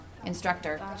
Instructor